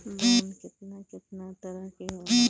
Loan केतना केतना तरह के होला?